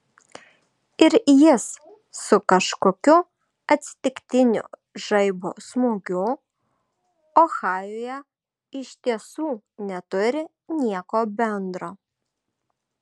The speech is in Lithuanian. ir jis su kažkokiu atsitiktiniu žaibo smūgiu ohajuje iš tiesų neturi nieko bendro